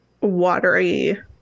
watery